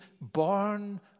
born